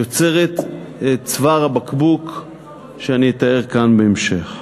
יוצרים את צוואר הבקבוק שאני אתאר כאן בהמשך.